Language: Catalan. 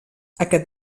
aquest